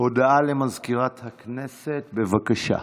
הודעה למזכירת הכנסת, בבקשה.